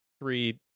three